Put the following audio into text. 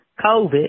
COVID